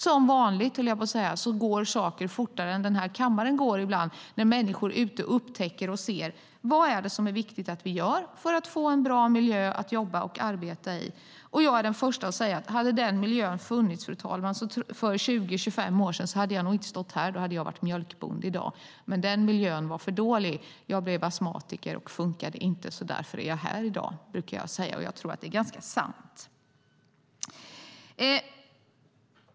Som vanligt, höll jag på att säga, går saker fortare än denna kammare går ibland när människor ute upptäcker och ser: Vad är det som är viktigt att vi gör för att få en bra miljö att jobba och arbeta i? Jag är den första att säga att hade den miljön funnits för 20-25 år sedan hade jag nog inte stått här, fru talman, utan då hade jag varit mjölkbonde i dag. Men den miljön var för dålig. Jag blev astmatiker och fungerande inte, så därför är jag här i dag. Det brukar jag säga, och jag tror att det är ganska sant.